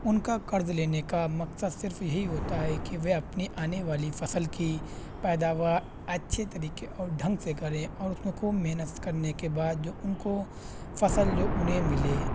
ان کا قرض لینے کا مقصد صرف یہی ہوتا ہے کہ وہ اپنی آنی والی فصل کی پیداوار اچھی طریقے اور ڈھنگ سے کریں اور اس میں خوب محنت کرنے کے بعد جو ان کو فصل جو انہیں ملے